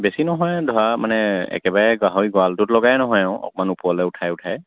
বেছি নহয় ধৰা মানে একেবাৰে গাহৰি গঁৰালটোত লগাই নহয় আৰু অকণমান ওপৰলৈ উঠাই উঠাই